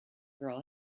girl